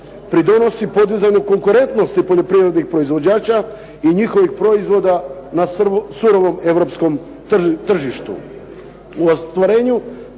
pridonosi podizanju konkurentnosti poljoprivrednih proizvođača i njihovih proizvoda na surovom europskom tržištu.